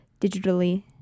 digitally